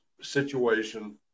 situation